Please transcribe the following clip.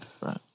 Right